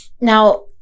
Now